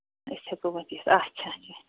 أسۍ ہٮ۪کو وٲتِتھ اَچھا اَچھا